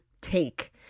take